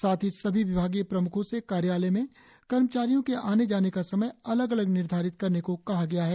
साथ ही सभी विभागीय प्रमुखों से कार्यालय में कर्मचारियों के आनेजाने का समय अलग अलग निर्धारित करने को कहा है